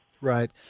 Right